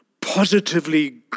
positively